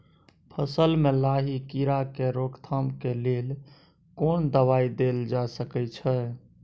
फसल में लाही कीरा के रोकथाम के लेल कोन दवाई देल जा सके छै?